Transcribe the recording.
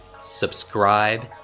subscribe